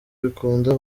bikunda